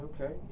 okay